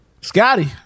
Scotty